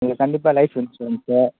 உங்களுக்கு கண்டிப்பாக life insurance